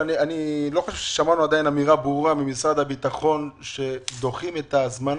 אני לא חושב ששמענו עדיין אמירה ברורה ממשרד הביטחון שדוחים את ההזמנה.